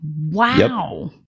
Wow